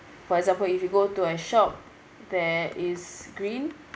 for example if you go to a shop there is green